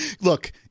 look